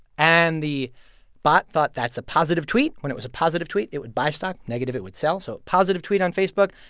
and the bot thought that's a positive tweet. when it was a positive tweet, it would buy stock. negative it would sell. so positive tweet on facebook.